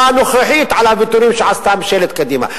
הנוכחית על הוויתורים שעשתה ממשלת קדימה.